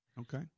Okay